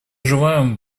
желаем